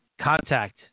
contact